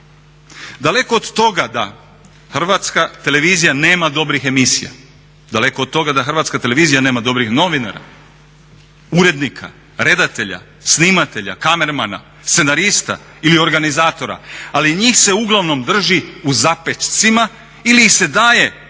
Daleko od toga da Hrvatska televizija nema dobrim emisija, daleko od toga da Hrvatska televizija nema dobrih novinara, urednika, redatelja, snimatelja, kamermana, scenarista ili organizatora ali njih se uglavnom drži u zapećcima ili ih se daje kada